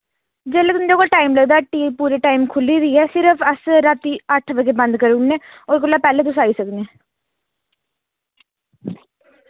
जेल्लै तुं'दे कोल टाइम लगदा हट्टी पूरे टाइम खुल्ली दी ऐ सिर्फ अस रातीं अट्ठ बजे बंद करूने ओह्दे कोला पैह्ले तुस आई सकने